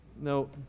No